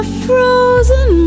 frozen